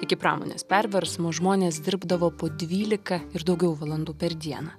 iki pramonės perversmo žmonės dirbdavo po dvylika ir daugiau valandų per dieną